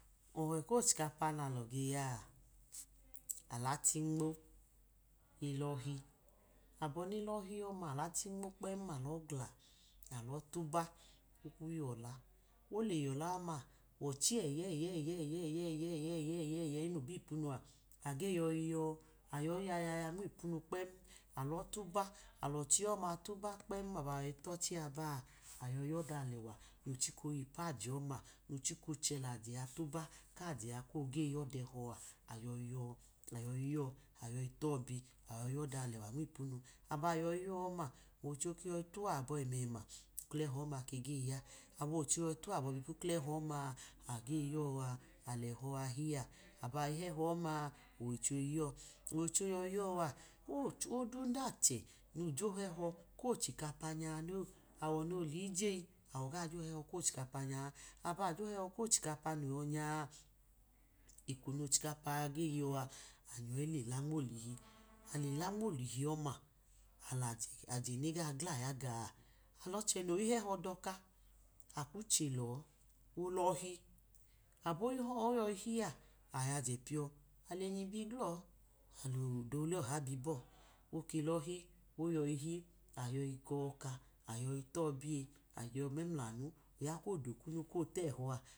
Ọwẹ kochikapa nalọ nage alachi nmao, elohi, abọ nelọhi ọma, nalachi nmo kpẹn-ma alọ gla, alọ tuba okmu yọla, ole yọla ọma, ọchi eyeyeyeyeyeyeyi nobipunu a, age yoyi yọ, alo̱ yayaya nmipunu kpẹm, alọ tuba, alọchi ọma tuba kpem, aba yoyi tochi abaa, ayoyi yọ ọda alẹwa nochika oyipu ajẹ ọma, nachika chẹ lajẹ atuba, kajẹ a koge yọ ọda ẹhọ a, ayoyi yọ ayoyi yọ ayoyi tọbi, ayoyi yọ ọda alẹwa nmipunu, aba yọyi ọma ocho keyọyi tuwọ abọ ẹmẹma uklọ ẹhọ ọma, alẹhọ a hi a aba yọyi hẹhọ ọma ocho iyọ, ocho yọyi yọ a owodundachẹ nọje ohẹhọ kochikapa nya no, awọ no lijeyi awọ ga hẹhọ kochikapa nya, aba jo hehọ kochikapa no yọ nyapa, eko nochikapa noge yo̱, anyọyi lela nmolihi alela nmolihi ọma, ajẹ nega gla ya gaa, alochẹ ohẹhọ dọ ka, akwu chelọ, olọhi, aboyi họ oyoyi hi a, ayajẹ pijo alinyi biglọ alọdre oha bi bọ, oke lọhe oyọyihọ ayoyi koka, ayoyi tobije, ake yọ mẹmulami, oya kodo kunu kotẹho̱ a.